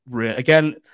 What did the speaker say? again